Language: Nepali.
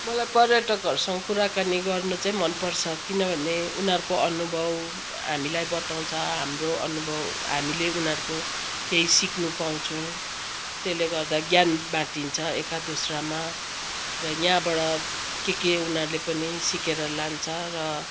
मलाई पर्यटकहरूसँग कुराकानी गर्नु चाहिँ मनपर्छ किनभने उनीहरूको अनुभव हामीलाई बताउँछ हाम्रो अनुभव हामीले उनीहरूको केही सिक्नु पाउँछौँ त्यसले गर्दा ज्ञान बाटिन्छ एका दुस्रामा र यहाँबाट के के उनीहरूले पनि सिकेर लान्छ र